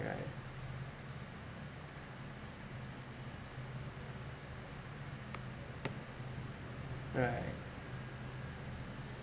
right right